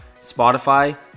Spotify